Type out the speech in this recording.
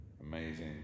amazing